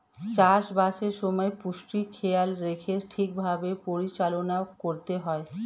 চাষ বাসের সময় পুষ্টির খেয়াল রেখে ঠিক ভাবে পরিচালনা করতে হয়